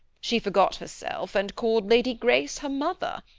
she forgot herself and called lady grace her mother.